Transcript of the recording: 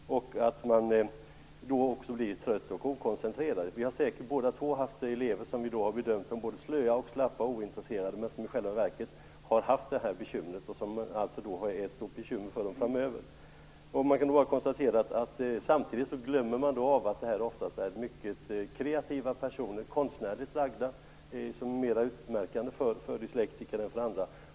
Man blir då också trött och okoncentrerad. Vi har säkert båda två haft elever som vi har bedömt som både slöa, slappa och ointresserade, men som i själva verket har haft detta bekymmer. Det är ett stort bekymmer för dem framöver. Jag kan bara konstatera att man samtidigt glömmer att det ofta är mycket kreativa personer, som är konstnärligt lagda. Konstnärlighet är mer utmärkande för dyslektiker än för andra.